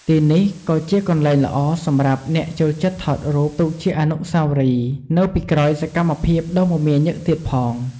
ទីនេះក៏ជាកន្លែងល្អសម្រាប់អ្នកចូលចិត្តថតរូបទុកជាអនុស្សាវរីយ៍ នៅពីក្រោយសម្មភាពដ៏មមាញឹកទៀតផង។